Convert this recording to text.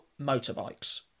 motorbikes